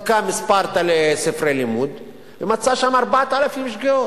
בדקה כמה ספרי לימוד ומצאה שם 4,000 שגיאות.